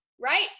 right